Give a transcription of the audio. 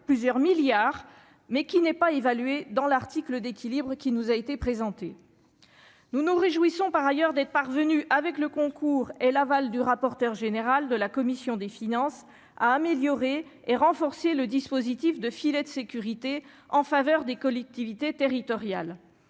plusieurs milliards, mais qui n'est pas évalué dans l'article d'équilibre qui nous a été présenté. Nous nous réjouissons par ailleurs des parvenu avec le concours et l'aval du rapporteur général de la commission des finances, à améliorer et renforcer le dispositif de filet de sécurité en faveur des collectivités territoriales,